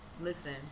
listen